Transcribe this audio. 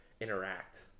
interact